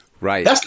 Right